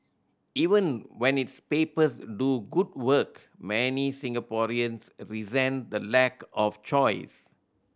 even when its papers do good work many Singaporeans resent the lack of choice